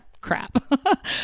crap